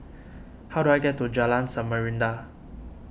how do I get to Jalan Samarinda